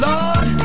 Lord